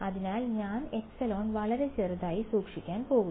അതിനാൽ ഞാൻ ε വളരെ ചെറുതായി സൂക്ഷിക്കാൻ പോകുന്നു